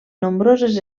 nombroses